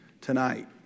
Tonight